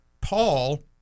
Paul